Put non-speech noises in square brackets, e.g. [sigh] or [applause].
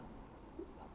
[noise]